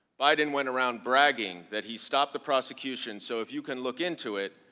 biden went around bragging that he stopped the prosecution so if you can look into it,